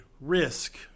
risk